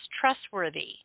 trustworthy